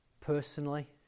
personally